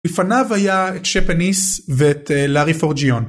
לפניו היה את שפניס ואת לארי פורג'יון.